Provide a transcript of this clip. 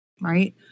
right